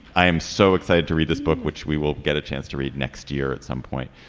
i am so excited to read this book which we will get a chance to read next year at some point.